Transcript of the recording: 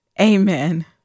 Amen